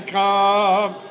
come